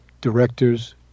Directors